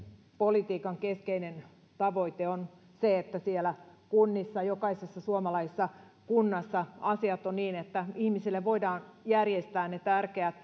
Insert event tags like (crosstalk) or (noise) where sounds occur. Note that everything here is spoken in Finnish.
politiikan keskeinen tavoite on se että siellä kunnissa jokaisessa suomalaisessa kunnassa asiat ovat niin että ihmiselle voidaan järjestää ne tärkeät (unintelligible)